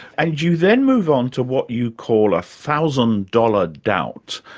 and you then move on to what you call a thousand dollar doubt.